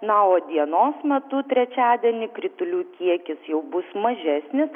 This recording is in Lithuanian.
na o dienos metu trečiadienį kritulių kiekis jau bus mažesnis